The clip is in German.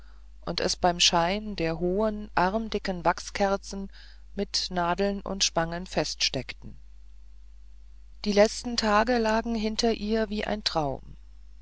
und es beim schein der hohen armdicken wachskerzen mit nadeln und spangen feststeckten die letzten tage lagen hinter ihr wie ein traum